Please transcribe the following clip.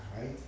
right